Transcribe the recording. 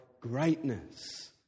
greatness